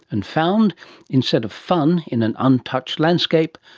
and found instead of fun in an untouched landscape,